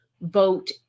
vote